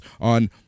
on